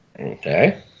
okay